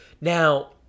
now